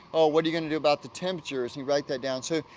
oh, what are you gonna do about the temperatures, you write that down. so,